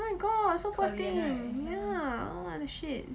why god so poor thing ya what the shit